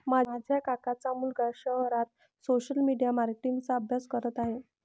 माझ्या काकांचा मुलगा शहरात सोशल मीडिया मार्केटिंग चा अभ्यास करत आहे